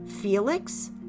Felix